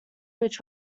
which